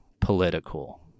political